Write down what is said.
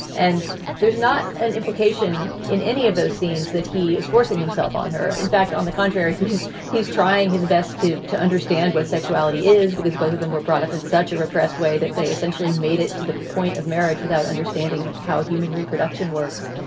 and there's not an implication in any of those scenes that he is forcing himself on her. in fact, on the contrary, he is he's trying his best to to understand what sexuality is because both of them were brought up in such a repressed way that they essentially made it to the point of marriage without understanding how human reproduction works.